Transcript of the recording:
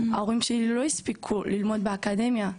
ההורים שלי לא הספיקו ללמוד באקדמיה,